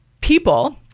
people